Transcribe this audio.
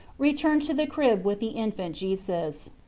returned to the crib with the infant jesus.